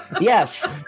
Yes